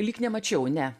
lyg nemačiau ne